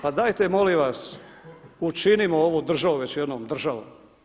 Pa dajte molim vas učinimo ovu državu već jednom državom.